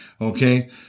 okay